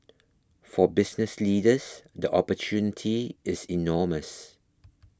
for business leaders the opportunity is enormous